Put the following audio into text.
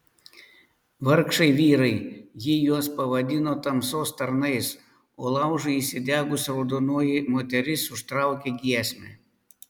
vargšai vyrai ji juos pavadino tamsos tarnais o laužui įsidegus raudonoji moteris užtraukė giesmę